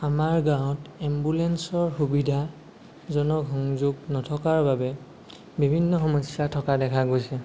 আমাৰ গাঁৱত এম্বুলেঞ্চৰ সুবিধা জনসংযোগ নথকাৰ বাবে বিভিন্ন সমস্য়া থকা দেখা গৈছে